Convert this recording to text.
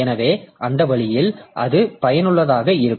எனவே அந்த வழியில் அது பயனுள்ளதாக இருக்கும்